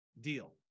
deal